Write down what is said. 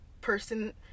person